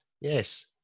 Yes